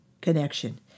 connection